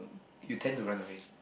you tend to run away